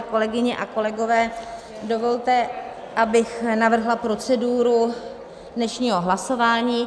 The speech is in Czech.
Kolegyně a kolegové, dovolte, abych navrhla proceduru dnešního hlasování.